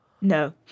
No